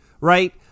Right